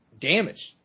damaged